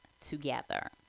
together